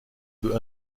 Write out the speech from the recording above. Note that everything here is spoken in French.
peut